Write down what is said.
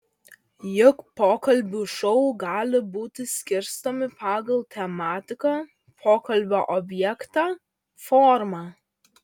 juk pokalbių šou gali būti skirstomi pagal tematiką pokalbio objektą formą